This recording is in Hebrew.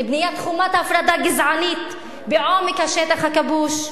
לבניית חומת הפרדה גזענית בעומק השטח הכבוש.